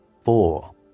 four